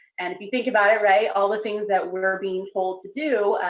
and if you think about it, right? all the things that we're being told to do,